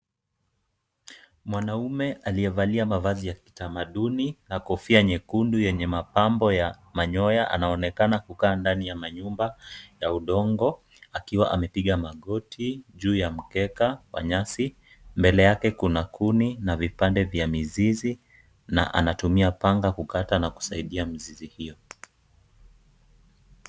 Mwanaume aliyevalia mavazi ya kitamaduni na kofia nyekundu yenye mapambo ya manyoya, anaonekana kukaa ndani ya nyumba ya udongo akiwa amepiga magoti juu ya mkeka wa nyasi. Mbele yake kuna kuni na vipande vya mizizi na anatumia panga kukata na kusaidia mizizi hiyo.